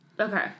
Okay